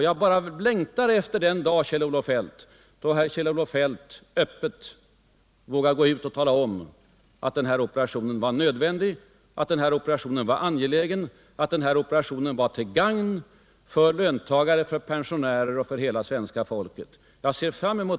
Jag bara längtar efter den dag då herr Kjell-Olof Feldt öppet vågar tala om att denna operation var nödvändig, angelägen och till gagn för löntagare, pensionärer och hela svenska folket.